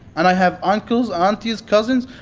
and i have uncles, aunties, cousins.